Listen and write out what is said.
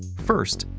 first,